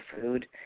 food